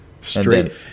Straight